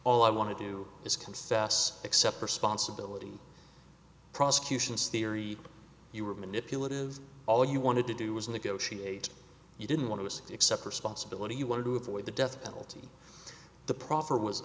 all i want to do is come sas except for sponsibility prosecution's theory you were manipulative all you wanted to do was negotiate you didn't want to accept responsibility you wanted to avoid the death penalty the proffer was